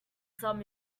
some